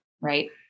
right